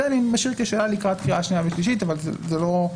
את זה אני משאיר כשאלה לקראת קריאה שנייה ושלישית אבל זה לא...